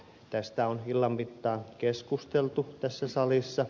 tästä on illan mittaan keskusteltu tässä salissa